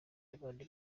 n’abandi